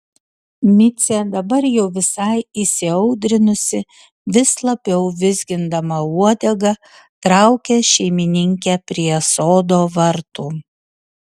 micė dabar jau visai įsiaudrinusi vis labiau vizgindama uodegą traukia šeimininkę prie sodo vartų